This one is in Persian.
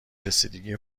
رسیدگی